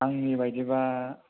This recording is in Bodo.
आंनि बायदि बा